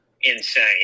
insane